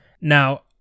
Now